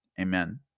Amen